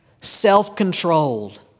self-controlled